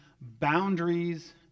Boundaries